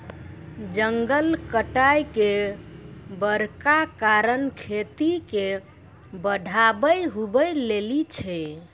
जंगल कटाय के बड़का कारण खेती के बढ़ाबै हुवै लेली छै